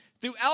Throughout